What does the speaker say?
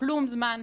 כלום זמן,